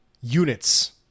units